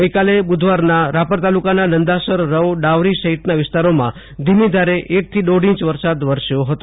ગઈકાલે બુધવારના રાપર તાલુકાના નંદાસરરવડાવરી સફિતના વિસ્તારોમાં ધીમીધારે એક થી દોઢ ઈંચ વરસાદ વરસ્યો હતો